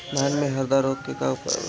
धान में हरदा रोग के का उपाय बा?